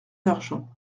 d’argent